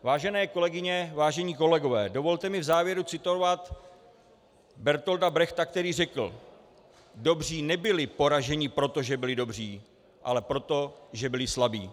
Vážené kolegyně, vážení kolegové, dovolte mi v závěru citovat Bertolta Brechta, který řekl: Dobří nebyli poraženi proto, že byli dobří, ale proto, že byli slabí.